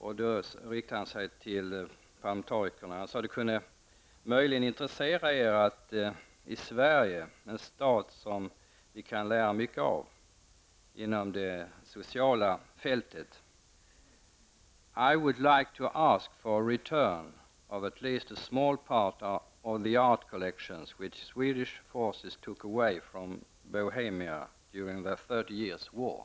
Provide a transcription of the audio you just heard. Han riktade sig till parlamentarikerna och sade: ''Det kan möjligen intressera er att i Sverige, en stat som vi kan lära mycket av inom det sociala fältet, I would like to ask for return of at least a small part of the artcollection which Swedish forces took away from Bohemia during the Thirty Years War''.